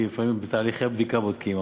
כי לפעמים בתהליכי הבדיקה בודקים,